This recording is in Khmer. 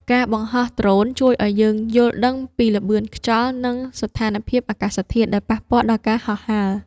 ការបង្ហោះដ្រូនជួយឱ្យយើងយល់ដឹងពីល្បឿនខ្យល់ និងស្ថានភាពអាកាសធាតុដែលប៉ះពាល់ដល់ការហោះហើរ។